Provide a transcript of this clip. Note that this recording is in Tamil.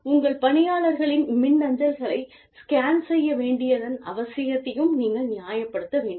உங்கள் பணியாளர் களின் மின்னஞ்சல்களை ஸ்கேன் செய்ய வேண்டியதன் அவசியத்தையும் நீங்கள் நியாயப்படுத்த வேண்டும்